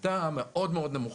הייתה מאוד נמוכה,